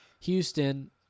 Houston